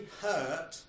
hurt